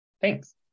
Thanks